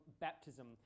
baptism